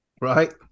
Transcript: Right